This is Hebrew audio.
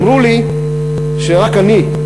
אמרו לי שרק אני,